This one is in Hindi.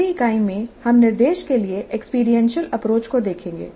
अगली इकाई में हम निर्देश के लिए एक्सपीरियंशियल अप्रोच को देखेंगे